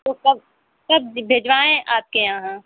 तो कब कब भिजवाएँ आपके यहाँ